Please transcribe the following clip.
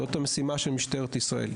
זאת המשימה של משטרת ישראל.